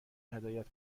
هدایت